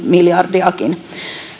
miljardiakin